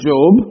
Job